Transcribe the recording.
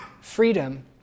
freedom